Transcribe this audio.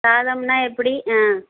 சாதம்னா எப்படி ஆ